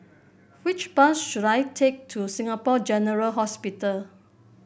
which bus should I take to Singapore General Hospital